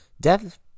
death